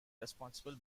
responsible